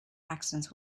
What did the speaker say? accidents